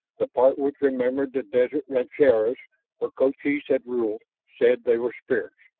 the part which remembered the desert rancherias where cochise had ruled, said they were spirits.